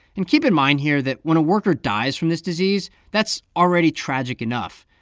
and keep in mind here that when a worker dies from this disease, that's already tragic enough,